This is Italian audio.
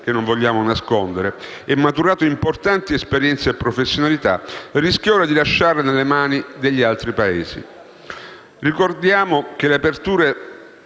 che non vogliamo nascondere - e maturato importanti esperienze e professionalità, rischia ora di lasciarle nelle mani degli altri Paesi. Ricordiamo che le aperture